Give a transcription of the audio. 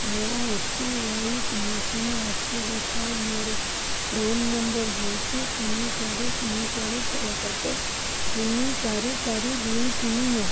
ମୋ A P Y pension ରାଶି ଦେଖାଅ ମୋର ପ୍ରାନ୍ ନମ୍ବର ହେଉଛି ତିନି ଚାରି ତିନି ଚାରି ଛଅ ସାତ ତିନି ଚାରି ଚାରି ଦୁଇ ତିନି ନଅ